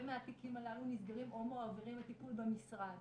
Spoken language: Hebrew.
מהתיקים הללו נסגרים או מועברים לטיפול במשרד.